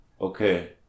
Okay